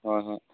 ꯍꯣꯏ ꯍꯣꯏ